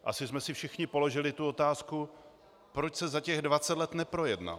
Asi jsme si všichni položili otázku, proč se za těch dvacet let neprojednal.